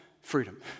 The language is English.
freedom